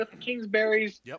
Kingsbury's